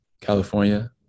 california